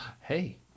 hey